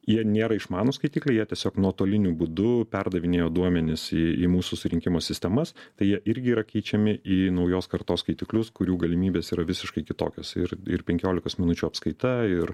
jie nėra išmanūs skaitikliai jie tiesiog nuotoliniu būdu perdavinėjo duomenis į į mūsų surinkimo sistemas tai jie irgi yra keičiami į naujos kartos skaitiklius kurių galimybės yra visiškai kitokios ir ir penkiolikos minučių apskaita ir